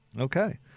Okay